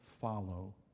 follow